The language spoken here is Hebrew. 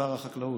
שר החקלאות.